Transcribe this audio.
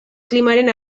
klimaren